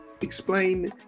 explain